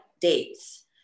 dates